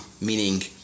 Meaning